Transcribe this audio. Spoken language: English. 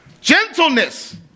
Gentleness